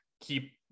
keep